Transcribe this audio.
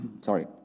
sorry